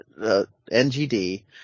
NGD